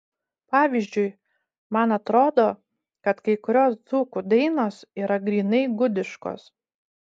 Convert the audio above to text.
pavyzdžiui man atrodo kad kai kurios dzūkų dainos yra grynai gudiškos